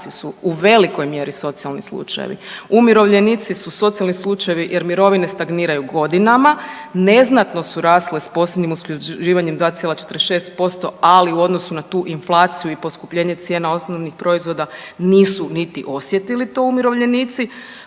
radnici su u velikoj mjeri socijalni slučajevi. Umirovljenici su socijalni slučajevi jer mirovine stagniraju godinama, neznatno su rasle s posljednjim usklađivanjem 2,46% ali u odnosu na tu inflaciju i poskupljenja cijena osnovnih proizvoda nisu niti osjetili to umirovljenici.